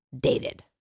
dated